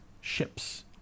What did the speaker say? ships